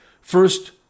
First